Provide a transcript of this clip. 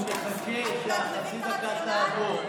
אני מחכה שהחצי דקה תעבור.